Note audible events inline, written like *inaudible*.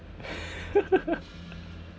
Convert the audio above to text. *laughs*